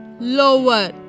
lower